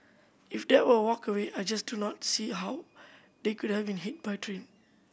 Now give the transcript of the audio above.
if they were walkway I just do not see how they could have been hit by the train